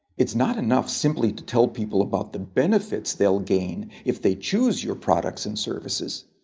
it's not enough simply to tell people about the benefits they'll gain if they choose your products and services.